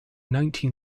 nineteen